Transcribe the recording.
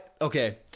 okay